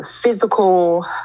physical